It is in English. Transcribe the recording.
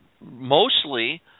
mostly